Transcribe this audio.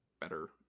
better